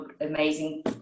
amazing